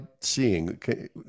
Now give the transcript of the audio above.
seeing